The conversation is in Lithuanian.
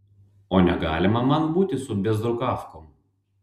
o negalima man būti su bėzrukavkom